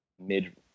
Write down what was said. mid